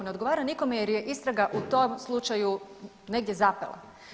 Ne odgovara nikome jer je istraga u tom slučaju negdje zapela.